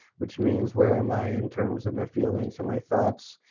which means where am i in terms of my feeling so and my thoughts.